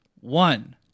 one